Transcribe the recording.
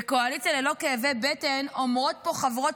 בקואליציה ללא כאבי בטן אומרות פה חברות